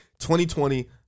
2020